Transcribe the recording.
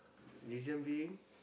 reason being